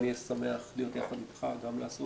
אני אהיה שמח להיות יחד איתך איך אמרת,